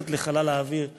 מושלכת לחלל האוויר כקללה,